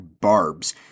barbs